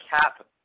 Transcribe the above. cap